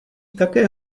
také